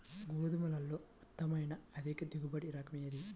గోధుమలలో ఉత్తమమైన అధిక దిగుబడి రకం ఏది?